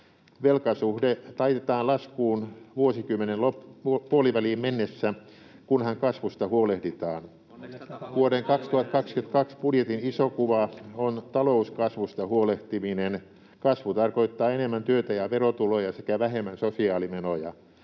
Velkasuhde taitetaan laskuun vuosikymmenen puoliväliin mennessä, kunhan kasvusta huolehditaan. Vuoden 2022 budjetin iso kuva on talouskasvusta huolehtiminen. Kasvu tarkoittaa enemmän työtä ja verotuloja sekä vähemmän sosiaalimenoja.